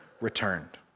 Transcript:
returned